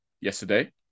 yesterday